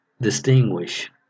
distinguish